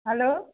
hello